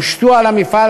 הושתו על המפעל,